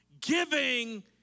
giving